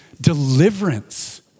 deliverance